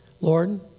Lord